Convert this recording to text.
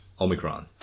Omicron